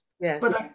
Yes